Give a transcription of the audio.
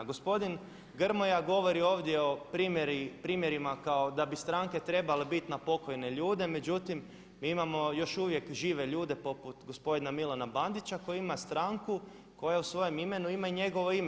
Gospodin Grmoja govori ovdje o primjerima kao da bi stranke trebale biti na pokojne ljude, međutim mi imamo još uvijek žive ljude poput gospodina Milana Bandića koji ima stranku koja u svojem imenu ima i njegovo ime.